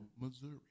Missouri